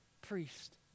priest